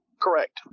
Correct